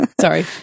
sorry